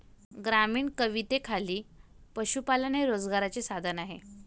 ग्रामीण कवितेखाली पशुपालन हे रोजगाराचे साधन आहे